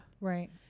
Right